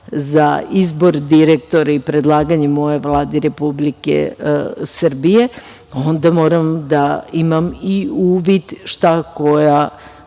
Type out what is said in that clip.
za izbor direktora i predlaganje moje Vladi Republike Srbije, onda moram da imam i uvid šta koja